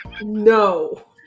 No